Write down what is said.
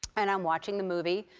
and i'm watching the movie.